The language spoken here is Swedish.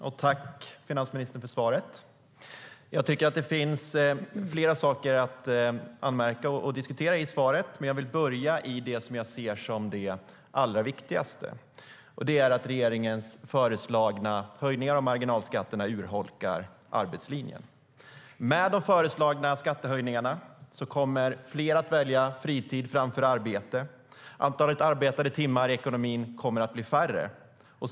Fru talman! Tack för svaret, finansministern! Det finns flera saker att anmärka på och diskutera i svaret, men jag vill börja i det som jag ser som det allra viktigaste. Det är att regeringens föreslagna höjningar av marginalskatterna urholkar arbetslinjen. Med de föreslagna skattehöjningarna kommer fler att välja fritid framför arbete, och antalet arbetade timmar i ekonomin kommer att bli färre.